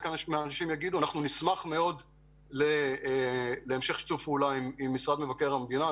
אנחנו נשמח מאוד להמשך שיתוף פעולה עם משרד מבקר המדינה,